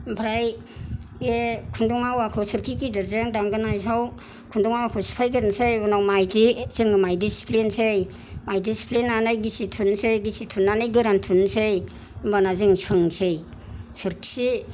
ओमफ्राय बे खुन्दुं आवाखौ सोरखि गिदिरजों दांगोनाखौ खुन्दुं आवाखौ सिफायगोरनसै उनाव माइदि जोङो माइदि सिफ्लेनसै माइदि सिफ्लेनानै गिसि थुनसै गिसि थुनानै गोरान थुनसै होमबाना जों सोंसै सोरखि